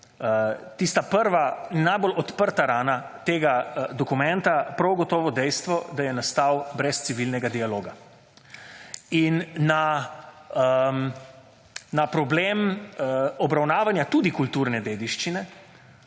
tista prva, najbolj odprta rana tega dokumenta prav gotovo dejstvo, da je nastal brez civilnega dialoga in na problem obravnavanja tudi kulturne dediščine,